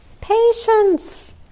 Patience